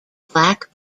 black